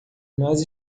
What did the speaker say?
nós